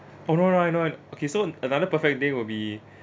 oh no no I know I okay so another perfect day will be